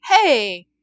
hey